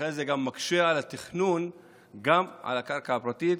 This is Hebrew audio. זה מקשה על התכנון גם על הקרקע הפרטית,